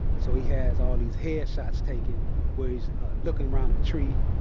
so he has all these headshots taken where he's looking around a tree.